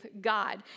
God